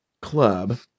club